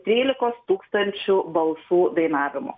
trylikos tūkstančių balsų dainavimu